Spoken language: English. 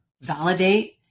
Validate